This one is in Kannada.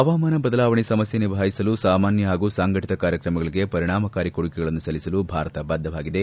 ಹವಾಮಾನ ಬದಲಾವಣೆ ಸಮಸ್ವೆ ನಿಭಾಯಿಸಲು ಸಾಮಾನ್ಯ ಹಾಗೂ ಸಂಘಟತ ಕಾರ್ಯಕ್ರಮಗಳಿಗೆ ಪರಿಣಾಮಕಾರಿ ಕೊಡುಗೆಗಳನ್ನು ಸಲ್ಲಿಸಲು ಭಾರತ ಬದ್ದವಾಗಿದೆ